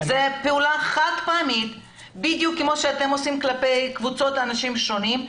זאת פעולה חד-פעמית בדיוק כמו שאתם עושים כלפי קבוצות של אנשים שונים,